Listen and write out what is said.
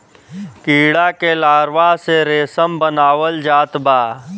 कीड़ा के लार्वा से रेशम बनावल जात बा